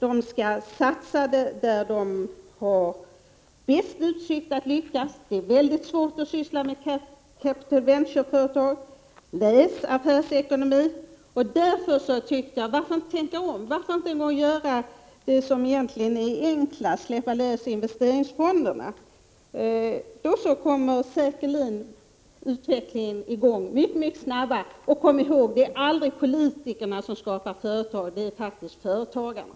De skall satsa på de områden där de har de bästa utsikterna att lyckas. Det är ju väldigt svårt att syssla med capital venture-företag. Läs därför tidskriften Affärsekonomi! Varför inte tänka om? Varför inte för en gångs skull göra det som är enklast, nämligen att släppa loss investeringsfonderna? Då skulle utvecklingen säkerligen komma i gång mycket snabbare. Och kom ihåg: det är aldrig politikerna som skapar företagen utan det är faktiskt företagarna!